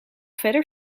verder